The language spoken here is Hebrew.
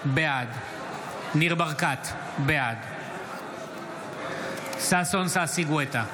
בעד ניר ברקת, בעד ששון ששי גואטה,